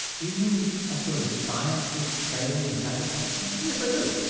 do you mean a sort of science of praying and sacrificing? yes, i do.